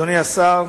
אדוני השר,